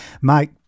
Mike